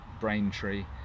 Braintree